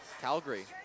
Calgary